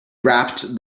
rapped